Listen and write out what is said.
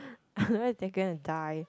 what if they gonna die